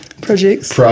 projects